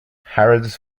harrods